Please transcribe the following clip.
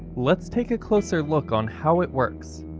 let's take a closer look on how it works.